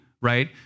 right